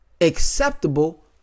acceptable